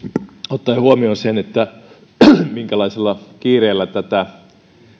ottaen huomioon sen minkälaisella kiireellä tätä